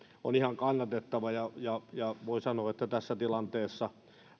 on ihan kannatettava ja voi sanoa tässä tilanteessa